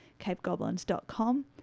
capegoblins.com